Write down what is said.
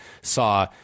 saw